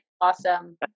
awesome